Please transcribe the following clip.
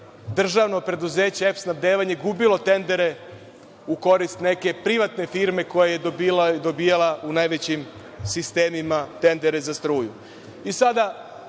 državno preduzeće „EPS Snabdevanje“, gubilo tendere u korist neke privatne firme koja je dobijala najvećim sistemima tendere za struju.I